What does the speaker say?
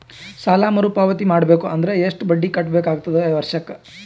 ಸಾಲಾ ಮರು ಪಾವತಿ ಮಾಡಬೇಕು ಅಂದ್ರ ಎಷ್ಟ ಬಡ್ಡಿ ಕಟ್ಟಬೇಕಾಗತದ ವರ್ಷಕ್ಕ?